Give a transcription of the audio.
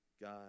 God